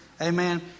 Amen